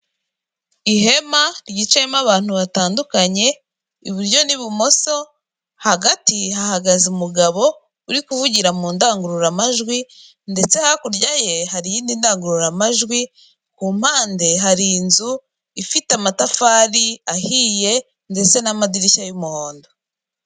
Ihema ryicayemo abantu batandukanye iburyo n'ibumoso hagati hahagaze umugabo uri kuvugira mu ndangururamajwi ndetse hakurya ye hari iyindi ndangururamajwi ku mpande hari inzu ifite amatafari ahiye ndetse n'amadirishya y'umuhondo.